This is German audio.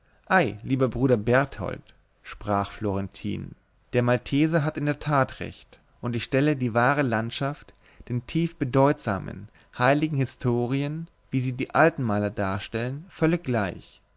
lieber bruder berthold sprach florentin der malteser hat in der tat recht und ich stelle die wahre landschaft den tief bedeutsamen heiligen historien wie sie die alten maler darstellen völlig gleich